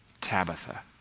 Tabitha